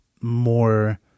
more